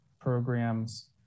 programs